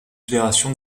fédération